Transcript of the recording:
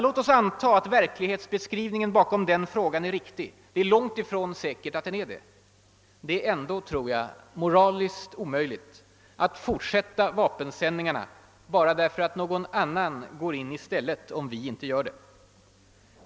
Låt oss anta att verklighetsbeskrivningen bakom den frågan är riktig; det är långtifrån säkert att den är det. Det är ändå, tror jag, moraliskt omöjligt att fortsätta vapensändningarna bara därför att någon annan går in i stället, om vi inte gör det.